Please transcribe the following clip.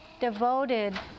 devoted